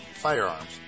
firearms